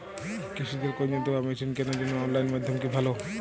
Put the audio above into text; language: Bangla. কৃষিদের কোন যন্ত্র বা মেশিন কেনার জন্য অনলাইন মাধ্যম কি ভালো?